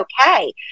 okay